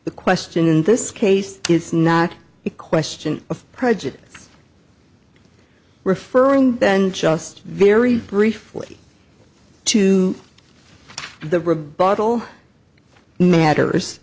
the question in this case is not a question of prejudice referring then just very briefly to the rebuttal matters